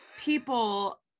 people